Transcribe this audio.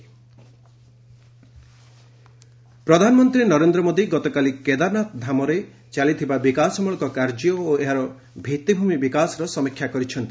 PM Kedarnath ପ୍ରଧାନମନ୍ତ୍ରୀ ନରେନ୍ଦ୍ର ମୋଦି ଗତକାଲି କେଦାରନାଥ ଧାମରେ ଚାଲିଥିବା ବିକାଶମଳକ କାର୍ଯ୍ୟ ଓ ଏହାର ଭିତ୍ତିଭୂମିର ବିକାଶର ସମୀକ୍ଷା କରିଛନ୍ତି